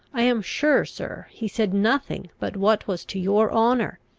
i am sure, sir, he said nothing but what was to your honour,